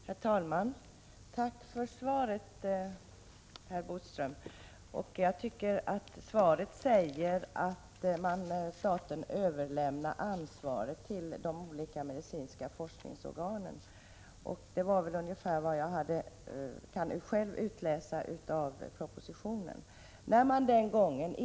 Herr talman! Tack för svaret, herr Bodström! Jag tycker att svaret säger att staten överlämnar ansvaret till de olika medicinska forskningsorganen. Det var ungefär vad jag kunde utläsa av forskningspropositionen.